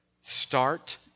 start